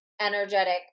energetic